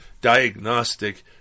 diagnostic